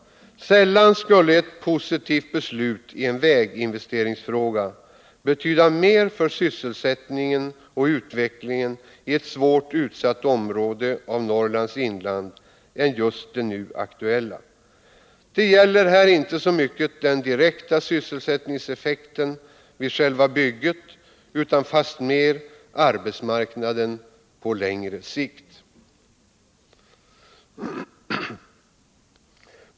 Sällan skulle ett positivt beslut i en väginvesteringsfråga betyda mer för sysselsättningen och utvecklingen i ett svårt utsatt område av Norrlands inland än just det nu aktuella. Det gäller här inte så mycket den direkta sysselsättningseffekten vid själva bygget utan fastmer arbetsmarknaden på längre sikt.